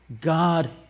God